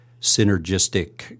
synergistic